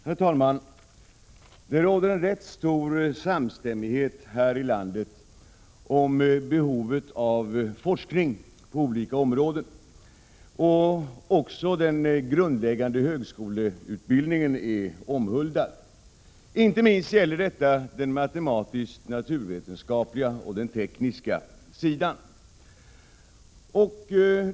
Herr talman! Det råder en rätt stor samstämmighet i landet om behovet av forskning på olika områden. Också den grundläggande högskoleutbildningen är omhuldad. Inte minst gäller detta den matematisk-naturvetenskapliga och den tekniska sidan.